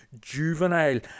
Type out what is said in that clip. juvenile